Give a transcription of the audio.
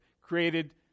created